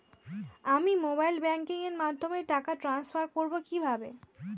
আমি mobile banking এর মাধ্যমে টাকা টান্সফার করব কিভাবে?